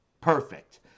perfect